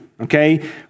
Okay